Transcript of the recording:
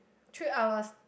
three hours